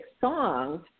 songs